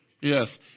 Yes